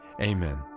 amen